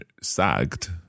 sagt